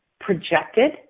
projected